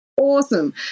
Awesome